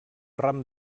ram